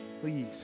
please